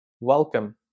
Welcome